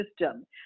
system